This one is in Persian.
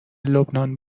لبنان